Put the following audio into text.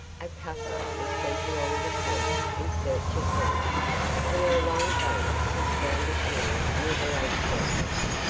a cutter was sent along the coast in search of her and her long boat was found ashore near the lakes entrance,